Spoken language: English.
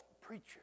preacher